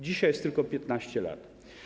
Dzisiaj jest tylko 15 lat.